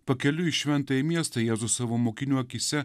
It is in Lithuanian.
pakeliui į šventąjį miestą jėzus savo mokinių akyse